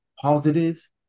positive